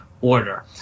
order